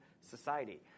society